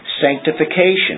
sanctification